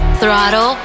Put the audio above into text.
throttle